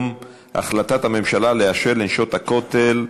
החלטת הממשלה לאשר ל"נשות הכותל"